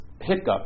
hiccup